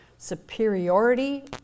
superiority